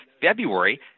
February